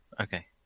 Okay